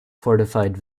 fortified